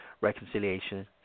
reconciliation